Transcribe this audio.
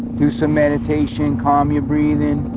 do some meditation calm your breathing,